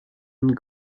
and